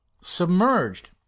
submerged